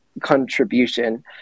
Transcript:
contribution